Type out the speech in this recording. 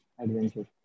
adventure